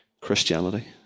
Christianity